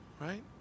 Right